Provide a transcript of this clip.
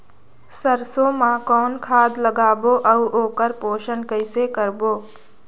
सरसो मा कौन खाद लगाबो अउ ओकर पोषण कइसे करबो?